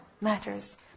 Matters